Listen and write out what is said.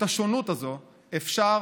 את השונות הזאת, אפשר